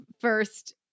first